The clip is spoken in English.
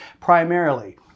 primarily